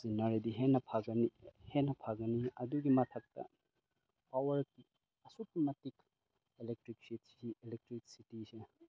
ꯁꯤꯖꯤꯟꯅꯔꯗꯤ ꯍꯦꯟꯅ ꯐꯒꯅꯤ ꯍꯦꯟꯅ ꯐꯒꯅꯤ ꯑꯗꯨꯒꯤ ꯃꯊꯛꯇ ꯄꯥꯋꯔ ꯑꯁꯨꯛꯀꯤ ꯃꯇꯤꯛ ꯑꯦꯂꯦꯛꯇ꯭ꯔꯤꯛꯁꯤꯇꯤꯁꯦ